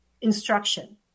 instruction